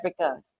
Africa